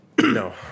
No